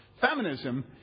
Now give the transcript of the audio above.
Feminism